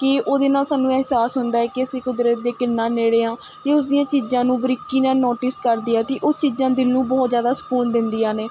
ਕਿ ਉਹਦੇ ਨਾਲ਼ ਸਾਨੂੰ ਅਹਿਸਾਸ ਹੁੰਦਾ ਏ ਕਿ ਅਸੀਂ ਕੁਦਰਤ ਦੇ ਕਿੰਨਾ ਨੇੜੇ ਹਾਂ ਅਤੇ ਉਸਦੀਆਂ ਚੀਜ਼ਾਂ ਨੂੰ ਬਰੀਕੀ ਨਾਲ਼ ਨੋਟਿਸ ਕਰਦੀ ਹਾਂ ਅਤੇ ਉਹ ਚੀਜ਼ਾਂ ਦਿਲ ਨੂੰ ਬਹੁਤ ਜ਼ਿਆਦਾ ਸਕੂਨ ਦਿੰਦੀਆਂ ਨੇ